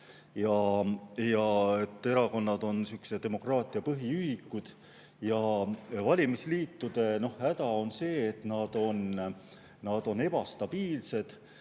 saa. Erakonnad on demokraatia põhiühikud. Valimisliitude häda on see, et nad on ebastabiilsed,